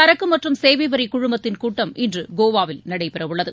சரக்கு மற்றும் சேவை வரி குழுமத்தின் கூட்டம் இன்று கோவாவில் நடைபெறவுள்ளது